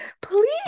please